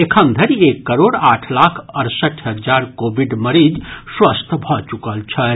एखन धरि एक करोड़ आठ लाख अड़सठि हजार कोविड मरीज स्वस्थ भऽ चुकल छथि